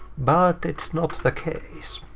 but it's not the case.